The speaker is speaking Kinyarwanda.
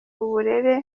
uburere